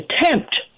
attempt